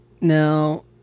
Now